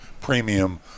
premium